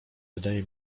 wydaje